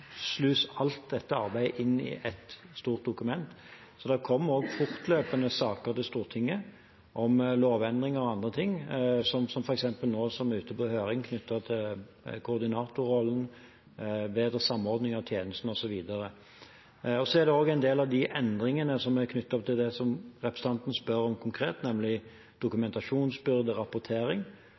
alt dette inn i ett stort dokument. Det kommer også fortløpende saker til Stortinget om lovendringer og andre ting. For eksempel er koordinatorrollen og bedre samordning av tjenesten osv. ute på høring nå. Så er det en del endringer som er knyttet til det representanten spør om konkret, nemlig dokumentasjonskrav og rapportering,